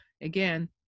again